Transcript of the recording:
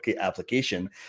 application